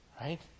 Right